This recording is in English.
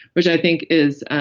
which i think is,